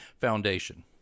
foundation